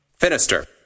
Finister